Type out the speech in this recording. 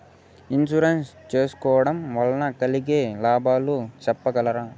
Insurance సేసుకోవడం వల్ల కలిగే లాభాలు సెప్పగలరా?